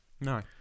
No